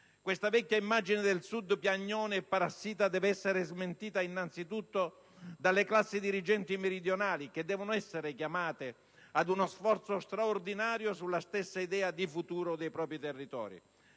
Questa vecchia immagine del Sud piagnone e parassita deve essere smentita innanzi tutto dalle classi dirigenti meridionali, che sono chiamate ad uno sforzo straordinario sulla stessa idea di futuro dei propri territori.